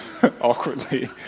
awkwardly